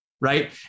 right